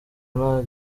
nta